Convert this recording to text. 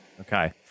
Okay